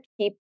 keep